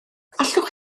allwch